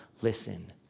listen